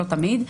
לא תמיד,